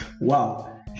Wow